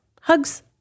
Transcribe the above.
Hugs